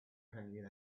hanging